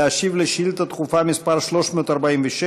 להשיב על שאילתה דחופה מס' 346,